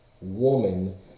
woman